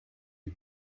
est